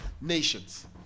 nations